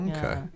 Okay